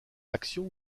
action